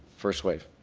first wave.